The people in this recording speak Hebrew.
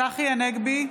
צחי הנגבי,